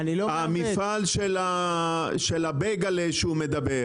המפעל של הבייגלה שהוא מדבר.